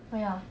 oh ya